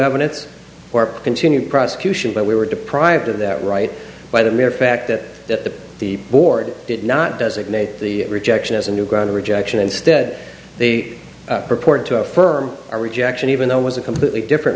evidence for continued prosecution but we were deprived of that right by the mere fact that the board did not designate the rejection as a new ground of rejection instead they purport to affirm our rejection even though it was a completely different